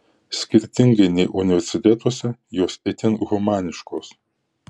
skirtingai nei universitetuose jos itin humaniškos